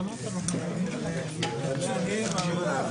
הישיבה נעולה.